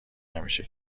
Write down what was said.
همیشه